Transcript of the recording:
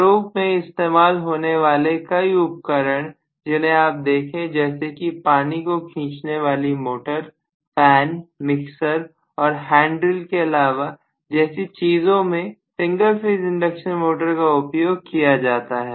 घरों में इस्तेमाल होने वाले कई उपकरण जिन्हें आप देखें जैसे कि पानी को खींचने वाली मोटर फैन मिक्सर और हैंड ड्रिल के अलावा जैसी चीजों में सिंगल फेज इंडक्शन मोटर का उपयोग किया जाता है